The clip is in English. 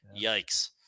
Yikes